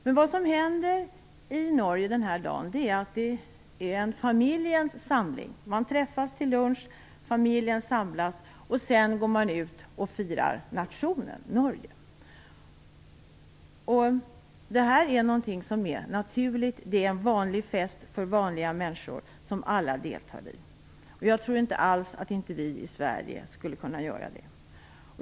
Det som händer i Norge den här dagen är att det är en familjens samling. Man träffas till lunch, familjen samlas och sedan går man ut och firar nationen, Norge. Detta är något som är naturligt. Det är en vanlig fest för vanliga människor som alla deltar i. Jag tror inte alls att inte vi i Sverige skulle kunna göra det.